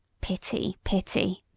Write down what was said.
pity! pity!